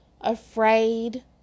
afraid